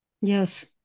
Yes